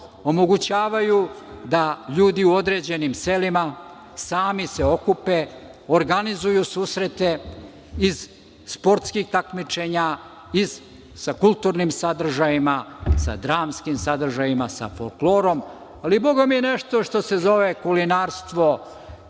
Omogućavaju da ljudi u određenim selima sami se okupe, organizuju susrete sportskih takmičenja, sa kulturnim sadržajima, sa dramskim sadržajima, sa folklorom, ali bogami i nešto što se zove kulinarstvo. Svi